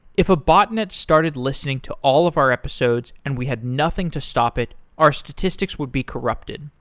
if a botnet started listening to all of our episodes and we had nothing to stop it, our statistics would be corrupted.